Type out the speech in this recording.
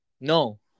No